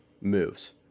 moves